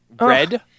Red